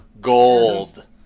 gold